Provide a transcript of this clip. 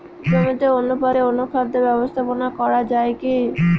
জমিতে অনুপাতে অনুখাদ্য ব্যবস্থাপনা করা য়ায় কি?